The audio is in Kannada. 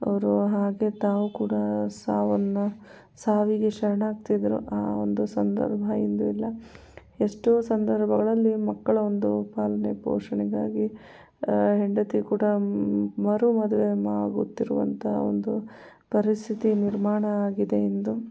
ಅವ್ರ ಹಾಗೆ ತಾಯಿ ಕೂಡ ಸಾವನ್ನು ಸಾವಿಗೆ ಶರಣಾಗ್ತಿದ್ದರು ಆ ಒಂದು ಸಂದರ್ಭ ಇಂದು ಇಲ್ಲ ಎಷ್ಟೋ ಸಂದರ್ಭಗಳಲ್ಲಿ ಮಕ್ಕಳ ಒಂದು ಪಾಲನೆ ಪೋಷಣೆಗಾಗಿ ಹೆಂಡತಿ ಕೂಡ ಮರು ಮದುವೆ ಆಗುತ್ತಿರುವಂಥ ಒಂದು ಪರಿಸ್ಥಿತಿ ನಿರ್ಮಾಣ ಆಗಿದೆ ಇಂದು